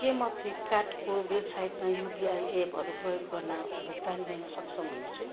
के म फ्लिपकार्टको वेबसाइटमा युपिआई एप्पहरू प्रयोग गर्न भुक्तानी गर्न सक्षम हुनेछु